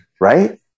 right